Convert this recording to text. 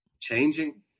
changing